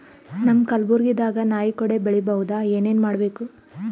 ನಮ್ಮ ಕಲಬುರ್ಗಿ ದಾಗ ನಾಯಿ ಕೊಡೆ ಬೆಳಿ ಬಹುದಾ, ಏನ ಏನ್ ಮಾಡಬೇಕು?